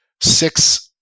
six